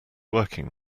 working